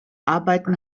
arbeiten